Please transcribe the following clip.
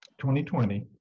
2020